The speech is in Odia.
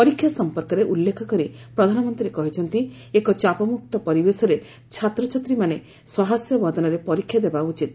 ପରୀକ୍ଷା ସଂପର୍କରେ ଉଲ୍ଲେଖ କରି ପ୍ରଧାନମନ୍ତ୍ରୀ କହିଛନ୍ତି ଏକ ଚାପମ୍ରକ୍ତ ପରିବେଶରେ ଛାତ୍ରଛାତ୍ରୀମାନେ ସହାସ୍ୟ ବଦନରେ ପରୀକ୍ଷା ଦେବା ଉଚିତ